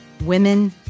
Women